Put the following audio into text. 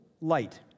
light